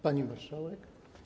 Pani Marszałek!